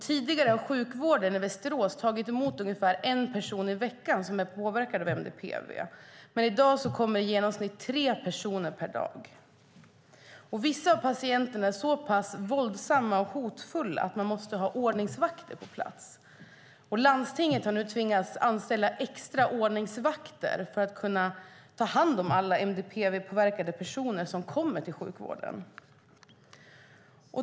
Tidigare har sjukvården i Västerås tagit emot ungefär en person i veckan som är påverkad av MDPV, men i dag kommer i genomsnitt tre personer per dag. Vissa av patienterna är så pass våldsamma och hotfulla att man måste ha ordningsvakter på plats. Landstinget har nu tvingats anställa extra ordningsvakter för att kunna ta hand om alla MDPV-påverkade personer som kommer till sjukvården.